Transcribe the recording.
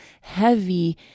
heavy